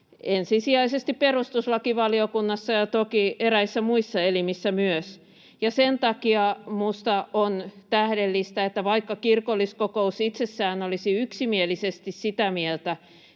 ensisijaisesti perustuslakivaliokunnassa ja toki myös eräissä muissa elimissä. Ja sen takia minusta on tähdellistä, että vaikka kirkolliskokous itsessään olisi yksimielisesti sitä mieltä,